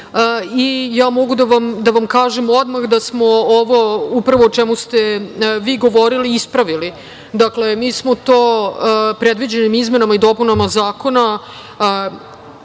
mogu da vam kažem odmah da smo ovo upravo o čemu ste vi govorili ispravili. Dakle, mi smo to predviđenim izmenama i dopunama zakona,